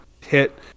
hit